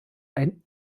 ein